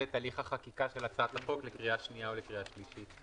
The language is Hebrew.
את הליך החקיקה של הצעת החוק לקריאה שנייה ולקריאה שלישית.